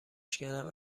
شکنم